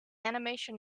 animation